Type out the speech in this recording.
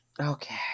Okay